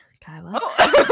Kyla